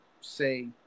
say